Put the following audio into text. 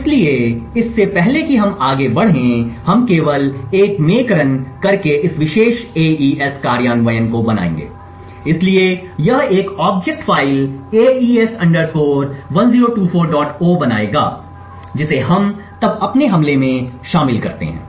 इसलिए इससे पहले कि हम आगे बढ़ें हम केवल एक मेक रन करके इस विशेष AES कार्यान्वयन को बनाएंगे इसलिए यह एक ऑब्जेक्ट फ़ाइल AES 1024o बनाएगा जिसे हम तब अपने हमले में शामिल करते हैं